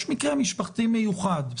יש מקרה משפחתי מיוחד.